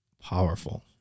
powerful